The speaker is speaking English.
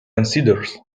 considers